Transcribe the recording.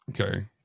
Okay